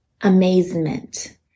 amazement